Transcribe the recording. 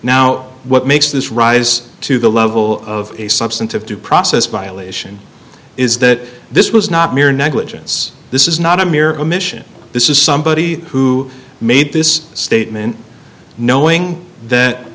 now what makes this rise to the level of a substantive due process violation is that this was not mere negligence this is not a mere commission this is somebody who made this statement knowing